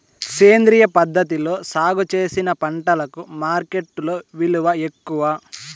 సేంద్రియ పద్ధతిలో సాగు చేసిన పంటలకు మార్కెట్టులో విలువ ఎక్కువ